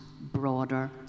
broader